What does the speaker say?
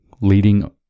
leading